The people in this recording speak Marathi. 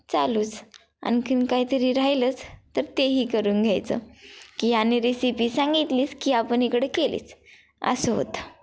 चालूच आणखीन काहीतरी राहिलंच तर तेही करून घ्यायचं की ह्यांनी रेसिपी सांगितलीच की आपण इकडं केलीच असं होतं